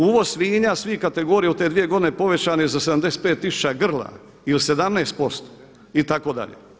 Uvoz svinja svih kategorija u te dvije godine povećan je za 75 tisuća grla i u 17%. itd.